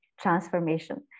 transformation